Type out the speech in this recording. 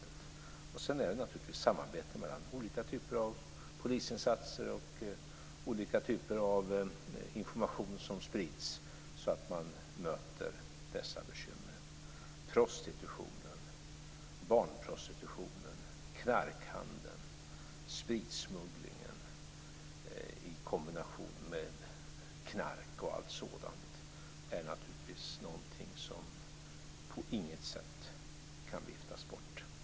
Sedan handlar det naturligtvis om samarbete när det gäller olika typer av polisinsatser och olika typer av information som sprids, så att man möter dessa bekymmer. Prostitutionen, barnprostitutionen, knarkhandeln, spritsmugglingen i kombination med knark och allt sådant är naturligtvis sådant som på inget sätt kan viftas bort.